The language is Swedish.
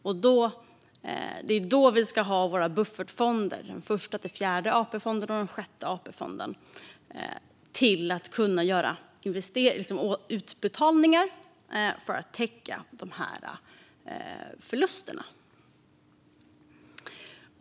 Det är då vi behöver våra buffertfonder, Första-Fjärde AP-fonden och Sjätte AP-fonden, för att göra utbetalningar för att täcka förlusterna.